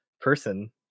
person